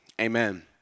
amen